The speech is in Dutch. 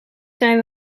zijn